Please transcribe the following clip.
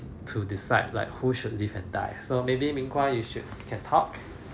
to decide like who should live and die so maybe ming-guan you should you can talk